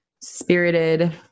spirited